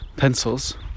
pencils